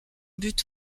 but